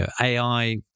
AI